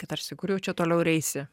kai tarsi kur jau čia toliau ir eisi